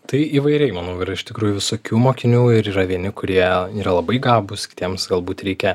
tai įvairiai manau iš tikrųjų visokių mokinių ir yra vieni kurie yra labai gabūs kitiems galbūt reikia